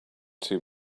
two